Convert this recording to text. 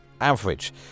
average